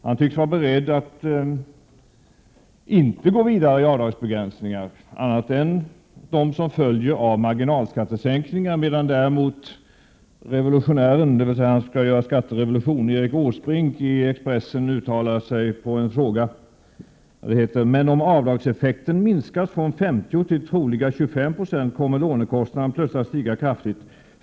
Han tycks inte vara beredd att gå vidare med avdragsbegränsningar annat än i fråga om de som följer av marginalskattesänkningar. Revolutionären Erik Åsbrink, som alltså vill göra skatterevolution, uttalar sig på ett annat sätt i Expressen, där följande fråga ställs: ”Men om avdragseffekten minskas från 50 till troliga 25 procent kommer lånekostnaden plötsligt att stiga kraftigt.